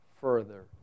further